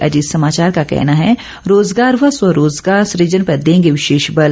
अजीत समाचार का कहना है रोज़गार व स्वरोजगार सूजन पर देंगे विशेष बल